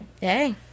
Hey